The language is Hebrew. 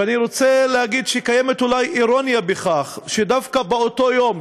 ואני רוצה להגיד שקיימת אולי אירוניה בכך שדווקא באותו יום,